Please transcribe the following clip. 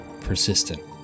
persistent